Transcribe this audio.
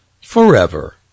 Forever